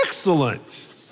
Excellent